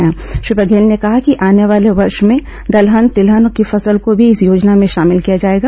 इ श्री बघेल ने कहा कि आने वाले वर्ष में दलहन तिलहन की फसल को भी इस योजना में शामिल किया जाएगा